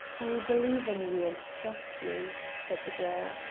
i believe in you and trust you, said the girl.